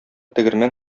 тегермән